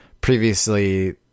Previously